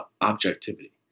objectivity